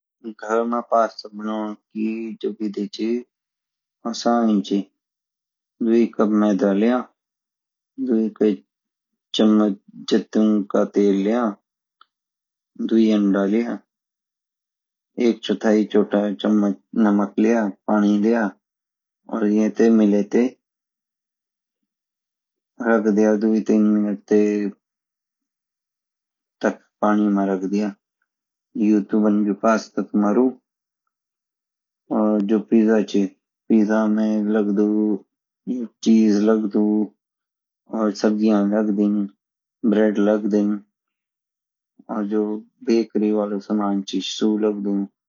घर माँ पास्ता बनान की जो विधि ची आसान ही ची दो कप मेदा लिया दो चमच तेल लेल्या दो अंडा लिया एक/चार छोटा चमच नमक लिया पानी लिया और येते मिले ते रख दिया दो- तीन मिंट तक पानी मई रख दिया यु तू बन गयउ पास्ता तुम्हरो और जो पिज़्ज़ा ची पिज़्ज़ा मई लगदु चीज़ लगदु और सब्जिया लगदी ब्रेड लगदु और जो बकरी वाला सामान ची वो लगदु